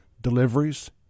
Deliveries